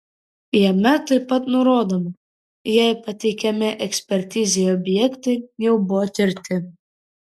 jame taip pat nurodoma jei pateikiami ekspertizei objektai jau buvo tirti